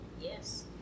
Yes